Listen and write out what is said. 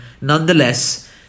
Nonetheless